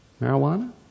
Marijuana